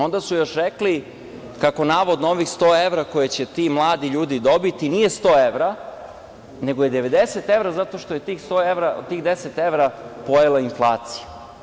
Onda su još rekli kako navodno ovih 100 evra koje će ti mladi ljudi dobiti nije 100 evra, nego je 90 evra zato što je tih 10 evra pojela inflacija.